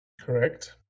Correct